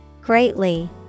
Greatly